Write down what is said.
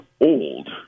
old